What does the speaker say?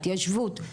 התיישבות,